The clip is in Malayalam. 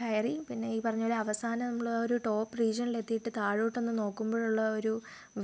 കയറി പിന്നെ ഈ പറഞ്ഞ പോലെ അവസാനം നമ്മൾ ഒരു ടോപ് റീജിയണിൽ എത്തിയിട്ട് താഴോട്ടൊന്ന് നോക്കുമ്പോഴുള്ള ഒരു